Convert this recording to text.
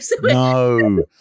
no